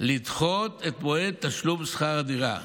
לדחות את מועד תשלום שכר הדירה.